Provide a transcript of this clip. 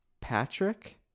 Patrick